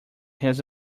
his